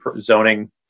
zoning